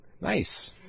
Nice